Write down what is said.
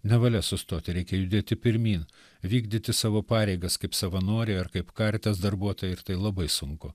nevalia sustoti reikia judėti pirmyn vykdyti savo pareigas kaip savanoriai ar kaip karitas darbuotojai ir tai labai sunku